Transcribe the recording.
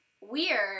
weird